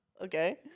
Okay